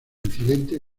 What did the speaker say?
incidente